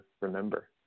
remember